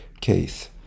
case